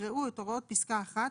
יקראו את הוראות פסקה (1),